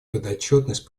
подотчетность